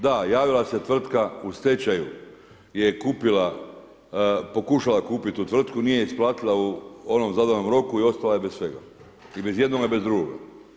Da, javila se tvrtka u stečaju je kupila, pokušala kupit tu tvrtku, nije isplatila u onom zadanom roku i ostala je bez svega i bez jednoga i bez drugoga.